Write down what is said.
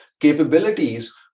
Capabilities